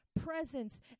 presence